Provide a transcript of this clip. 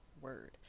Word